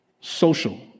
social